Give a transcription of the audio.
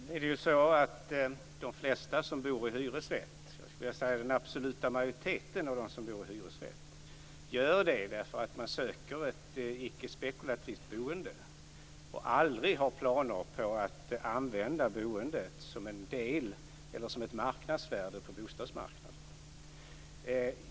Fru talman! De flesta - jag skulle tro den absoluta majoriteten - av dem som bor i hyresrätt gör det därför att de söker ett icke spekulativt boende. De har inga planer på att använda sin hyresrätt som ett marknadsvärde på bostadsmarknaden.